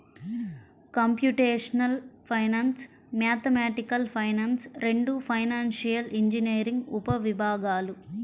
computational finance, mathematical finance రెండూ financial engineering ఉపవిభాగాలు